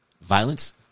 Violence